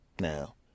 Now